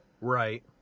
Right